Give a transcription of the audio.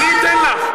אני אתן לך.